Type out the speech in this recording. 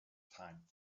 time